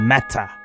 matter